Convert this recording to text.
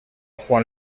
juan